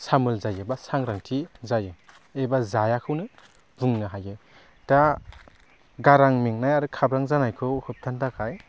सामोल जायो बा सांग्रांथि जायो एबा जायाखौनो बुंनो हायो दा गारां मेंनाय आरो खाब्रां जानायखौ होबथानो थाखाय